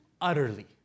utterly